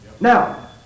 Now